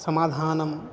समाधानं